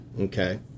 okay